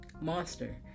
monster